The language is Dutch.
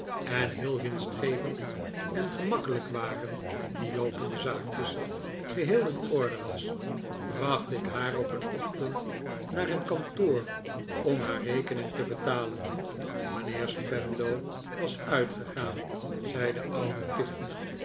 en heel winstgevend en gemakkelijk waren die loopende zaakjes geheel in orde was r bracht ik haar op een ochtend naar het kantoor om haar rekenihg te betalen mijnheer spenlow was uitgegaan zei de oude